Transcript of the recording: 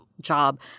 job